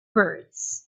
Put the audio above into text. birds